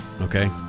okay